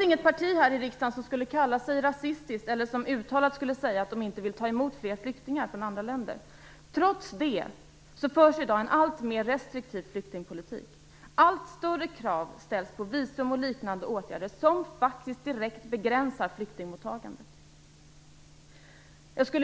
Inget parti här i riksdagen skulle kalla sig för rasistiskt eller skulle uttalat säga att man inte vill ta emot fler flyktingar från andra länder. Trots det förs i dag en alltmer restriktiv flyktingpolitik. Allt större krav ställs på visum och liknande åtgärder som faktiskt direkt begränsar flyktingmottagandet.